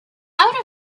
out